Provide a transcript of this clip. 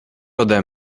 ode